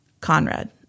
Conrad